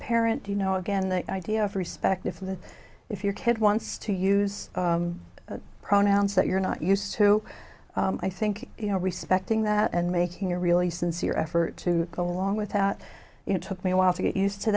parent you know again the idea of respect if the if your kid wants to use pronouns that you're not used to i think you know respecting that and making a really sincere effort to go along with that you know took me a while to get used to